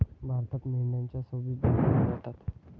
भारतात मेंढ्यांच्या सव्वीस जाती आढळतात